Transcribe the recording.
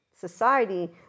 society